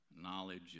knowledge